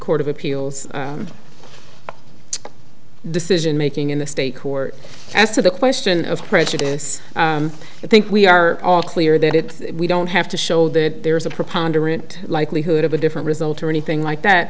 court of appeals decision making in the state court as to the question of prejudice i think we are all clear that it we don't have to show that there's a propounder it likelihood of a different result or anything like that